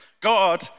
God